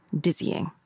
dizzying